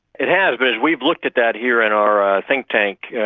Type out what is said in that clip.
it has, but as we've looked at that here in our ah think tank, yeah